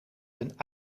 een